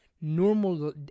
normal